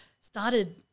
started